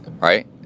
right